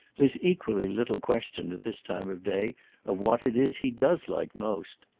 there's equally little question at this time of day of what it is he does like most.